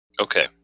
Okay